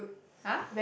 !huh!